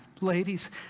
Ladies